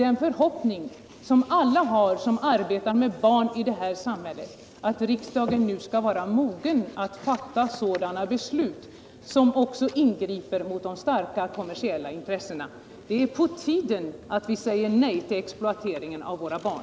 En förhoppning som alla som arbetar med barn i vårt samhälle har är att riksdagen nu skall vara mogen att fatta beslut som också ingriper mot de starka kommersiella intressena. Det är på tiden att vi säger nej till exploateringen av våra barn.